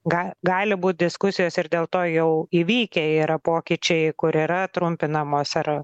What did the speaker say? ga gali būt diskusijos ir dėl to jau įvykę yra pokyčiai kur yra trumpinamos ar